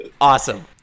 Awesome